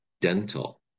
dental